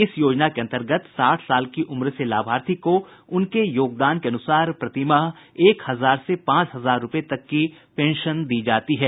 इस योजना के अंतर्गत साठ साल की उम्र से लाभार्थी को उनके योगदान के अनुसार प्रतिमाह एक हजार से पांच हजार रुपये तक की पेंशन दी जाती है